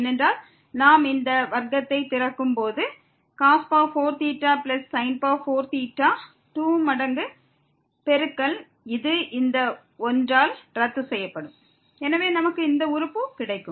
ஏனென்றால் நாம் இந்த வர்க்கத்தைத் திறக்கும்போது 2 மடங்கு பெருக்கல் இது இந்த ஒன்றால் ரத்து செய்யப்படும் எனவே நமக்கு இந்த உறுப்பு கிடைக்கும்